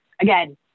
again